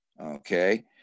okay